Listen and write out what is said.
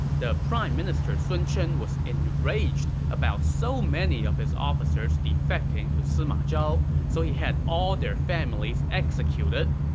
the prime minister sun chen was enraged about so many of his officers defecting to sima zhao, so he had all their families executed.